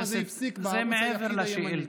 הפרסום הזה הפסיק בערוץ הימני היחיד.